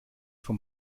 vom